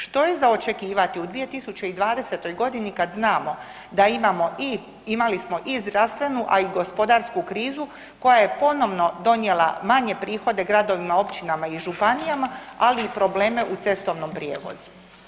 Što je za očekivati u 2020. godini kad znamo da imamo i imali smo i zdravstvenu a i gospodarsku krizu koja je ponovno donijela manje prihode gradovima, općinama i županijama ali i probleme u cestovnom prijevozu.